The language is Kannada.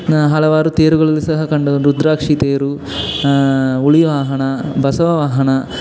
ಹಲವಾರು ತೇರುಗಳಲ್ಲೂ ಸಹ ಕಂಡು ರುದ್ರಾಕ್ಷಿ ತೇರು ಹುಲಿ ವಾಹನ ಬಸವ ವಾಹನ